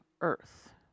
earth